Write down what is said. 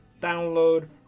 download